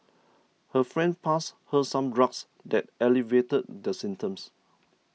her friend passed her some drugs that alleviated the symptoms